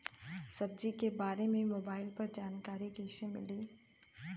सब्जी के बारे मे मोबाइल पर जानकारी कईसे मिली?